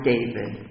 David